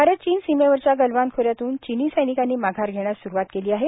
भारत चीन सीमेवरच्या गलवान खोऱ्यातून चिनी सैनिकांनी माघार घेण्यास स्रुवात केली आहे